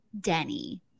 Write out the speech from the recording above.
Denny